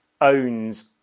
owns